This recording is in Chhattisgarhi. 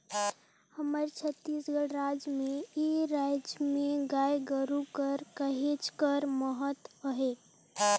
हमर छत्तीसगढ़ राज में ए राएज में गाय गरू कर कहेच कर महत अहे